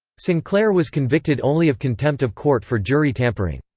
sinclair was convicted only of contempt of court for jury tampering.